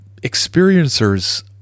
experiencers